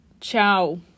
ciao